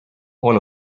all